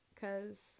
cause